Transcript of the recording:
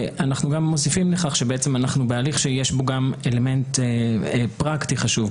אנחנו גם מוסיפים לכך שבעצם אנחנו בהליך שיש בו גם אלמנט פרקטי חשוב.